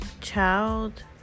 child